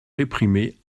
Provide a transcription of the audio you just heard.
réprimer